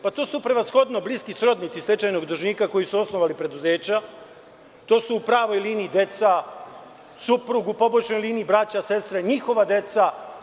Pa, to su prevashodno bliski srodnici stečajnog dužnika, koji su osnovali preduzeća, to su u pravoj liniji deca, suprug u poboljšanoj liniji, braća, sestre, njihova deca.